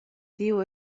tiu